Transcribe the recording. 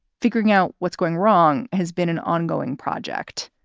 figuring out what's going wrong. has been an ongoing project.